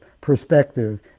perspective